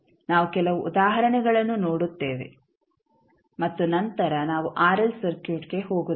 ನಾವು ಕೆಲವು ಉದಾಹರಣೆಗಳನ್ನು ನೋಡುತ್ತೇವೆ ಮತ್ತು ನಂತರ ನಾವು ಆರ್ಎಲ್ ಸರ್ಕ್ಯೂಟ್ಗೆ ಹೋಗುತ್ತೇವೆ